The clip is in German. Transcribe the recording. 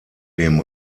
dem